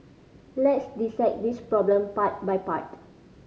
let's dissect this problem part by part